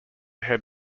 head